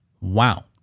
Wow